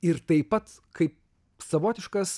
ir tai pats kaip savotiškas